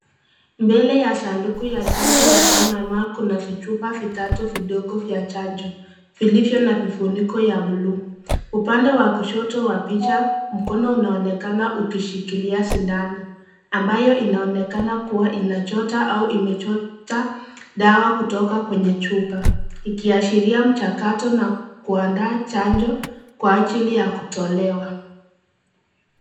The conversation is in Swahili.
Mbele ya sanduku ya chanjo ya MMR kuna vichupa vitatu vidogo vya chanjo, vilivyo na vifuniko ya buluu. Upande wa kushoto wa picha mkono unaonekana ukishikilia sindano ambayo kuwa inachota au imechota dawa kutoka kwenye chupa. Ikiashiria mchakato na kuandaa chanjo kwa ajili ya kutolewa.